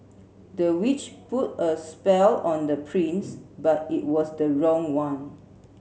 the witch put a spell on the prince but it was the wrong one